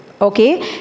okay